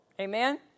Amen